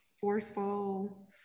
forceful